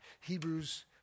Hebrews